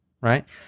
right